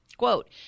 Quote